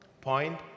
Point